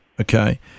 okay